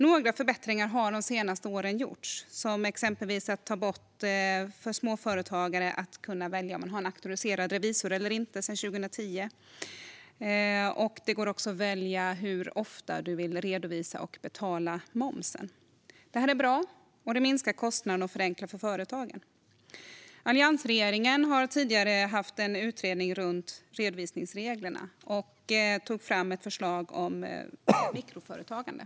Några förbättringar har de senaste åren gjorts, till exempel att småföretagare sedan 2010 kan välja om de vill ha en auktoriserad revisor eller inte. Det går också att välja hur ofta man vill redovisa och betala moms. Detta är bra, och det minskar kostnaderna och förenklar för företagen. Alliansregeringen hade tidigare en utredning om redovisningsregler, som tog fram ett förslag om mikroföretagande.